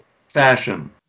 fashion